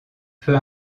peu